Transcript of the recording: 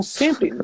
sempre